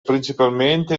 principalmente